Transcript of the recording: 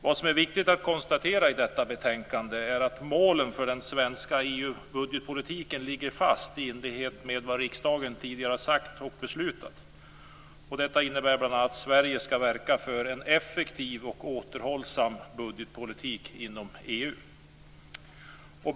Vad som är viktigt att konstatera i detta betänkande är att målen för den svenska EU-budgetpolitiken ligger fast i enlighet med vad riksdagen tidigare har sagt och beslutat. Detta innebär bl.a. att Sverige skall verka för en effektiv och återhållsam budgetpolitik inom EU.